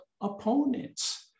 opponents